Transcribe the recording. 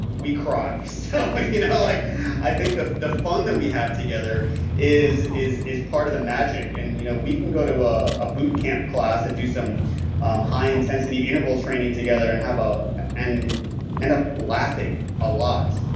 we cry. so but you know like i think the the fun that we have together is is part of the magic. and you know we can go to ah a bootcamp class and do some um high intensity interval training together and ah and end up laughing a lot.